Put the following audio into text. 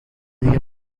دیگه